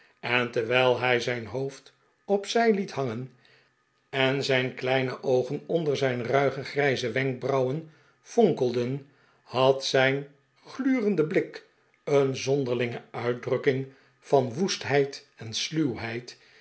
en terwijl hij zijn hoofd op zij liet hangen en zijn kleine oogen onder zijn ruige grijze wenkbrauwen fonkelden had zijn glurende blik een zonderlinge uitdrukking van woestheid en sluwheid